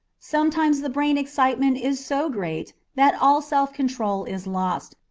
sometimes the brain excitement is so great that all self-control is lost,